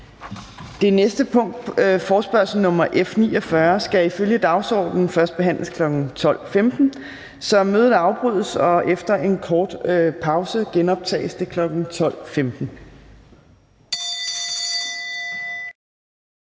Det næste punkt, forespørgsel nr. F 49, skal ifølge dagsordenen først behandles kl. 12.15. Så mødet afbrydes, og efter en kort pause genoptages det kl. 12.15.